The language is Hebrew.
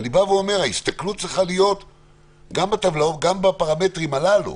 אני רק אומר שההסתכלות צריכה להיות גם בפרמטרים הללו,